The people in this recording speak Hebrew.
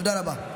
תודה רבה.